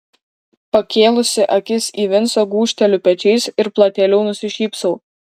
pakėlusi akis į vincą gūžteliu pečiais ir platėliau nusišypsau